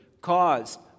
caused